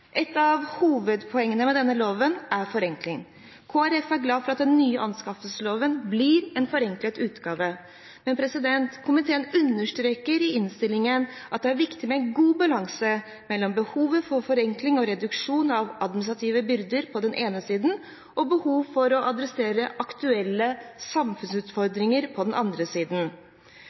Et av hovedpoengene med denne loven er forenkling. Kristelig Folkeparti er glad for at den nye anskaffelsesloven blir en forenklet utgave. Men komiteen understreker i innstillingen at det er viktig med god balanse mellom behovet for forenkling og reduksjon av administrative byrder på den ene siden og behov for å adressere aktuelle samfunnsutfordringer på den andre siden.